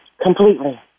completely